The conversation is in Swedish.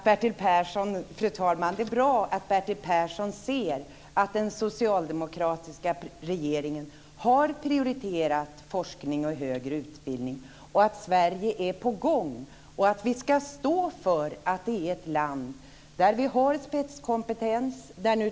Fru talman! Det är bra att Bertil Persson ser att den socialdemokratiska regeringen har prioriterat forskning och högre utbildning, att Sverige är på gång och att vi ska stå för att Sverige är ett land där vi har spetskompetens.